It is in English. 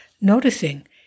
noticing